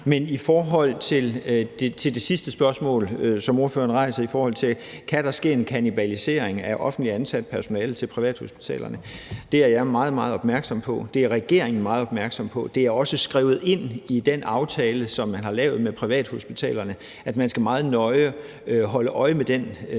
Men i forhold til det sidste spørgsmål, som ordføreren rejser, nemlig om der kan ske en kannibalisering af offentligt ansat personale fra privathospitalernes side, vil jeg sige, at det er jeg meget, meget opmærksom på, og at det er regeringen, meget, meget opmærksom på. Det er også skrevet ind i den aftale, som man har lavet med privathospitalerne, at man skal holde meget nøje øje med den eventuelle